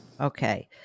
Okay